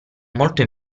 molto